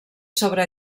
sobre